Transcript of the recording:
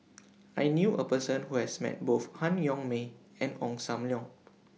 I knew A Person Who has Met Both Han Yong May and Ong SAM Leong